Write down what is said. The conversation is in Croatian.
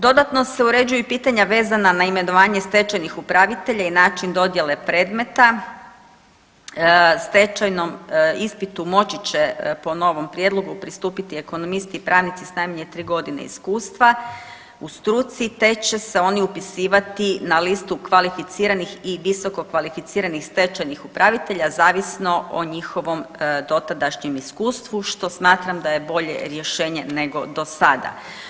Dodatno se uređuju i pitanja vezana na imenovanje stečajnih upravitelja i način dodjele predmeta stečajnom ispitu moći će po novom prijedlogu pristupiti ekonomisti i pravnici s najmanje tri godine iskustva u struci te će se oni upisivati na listu kvalificiranih i visokokvalificiranih stečajnih upravitelja zavisno o njihovom dotadašnjem iskustvu što smatram da je bolje rješenje nego do sada.